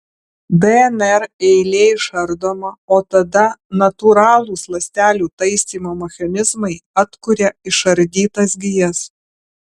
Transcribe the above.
dnr eilė išardoma o tada natūralūs ląstelių taisymo mechanizmai atkuria išardytas gijas